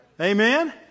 Amen